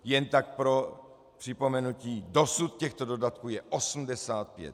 Jen tak pro připomenutí, dosud je těchto dodatků 85.